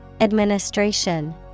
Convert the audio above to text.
Administration